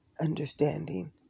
understanding